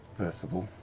percival?